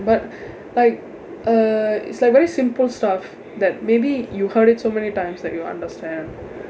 but like uh it's like very simple stuff that maybe you heard it so many times that you understand